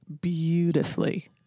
beautifully